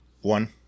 One